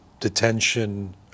detention